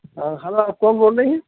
ہاں ہلو آپ کون بول رہی ہیں